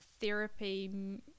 therapy